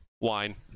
wine